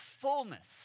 fullness